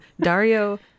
Dario